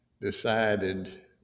decided